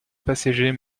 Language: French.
passager